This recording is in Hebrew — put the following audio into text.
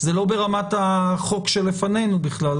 זה לא ברמת החוק שלפנינו בכלל,